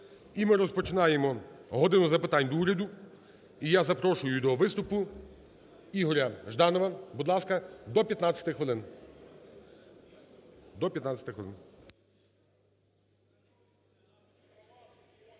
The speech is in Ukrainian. І ми розпочинаємо "годину запитань до Уряду". І я запрошую до виступу Ігоря Жданова, будь ласка, до 15 хвилин.